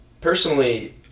Personally